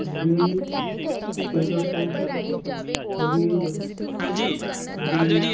ਵਧੀਆ ਜੀ ਤੁਸੀਂ ਦੱਸੋ ਵਧੀਆ ਜੀ ਵਧੀਆ ਵਧੀਆ ਜੀ